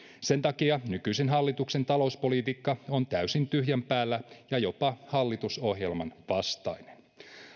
sen takia nykyisen hallituksen talouspolitiikka on täysin tyhjän päällä ja jopa hallitusohjelman vastainen